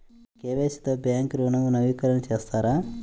KYC తో bank ఋణం నవీకరణ చేస్తారా?